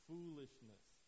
Foolishness